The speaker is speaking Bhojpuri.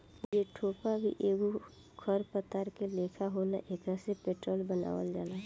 जेट्रोफा भी एगो खर पतवार के लेखा होला एकरा से पेट्रोल बनावल जाला